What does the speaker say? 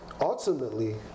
ultimately